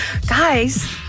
Guys